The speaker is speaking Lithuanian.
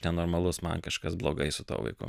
nenormalus man kažkas blogai su tuo vaiku